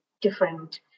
different